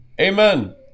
Amen